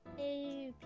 a